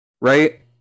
right